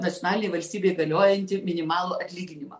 nacionalinėj valstybėj galiojantį minimalų atlyginimą